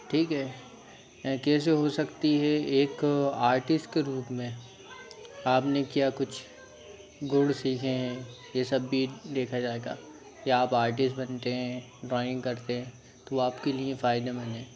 ठीक है कैसे हो सकती है एक आर्टिस्ट के रूप में आप ने क्या कुछ गुण सीखे हैं ये सब भी देखा जाएगा कि आप आर्टिस्ट बनते हैं ड्रॉइंग करते हैं तो आपके लिए फ़ायदेमंद है